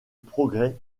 progrès